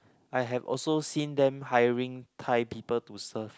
I have also seen them hiring Thai people to serve